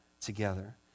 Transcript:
together